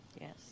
Yes